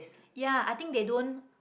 ya i think they don't